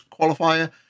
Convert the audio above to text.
qualifier